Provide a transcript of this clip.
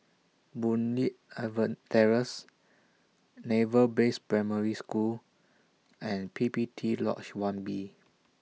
Boon Leat Terrace Naval Base Primary School and P P T Lodge one B